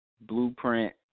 blueprint